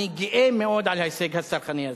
אני גאה מאוד על ההישג הצרכני הזה.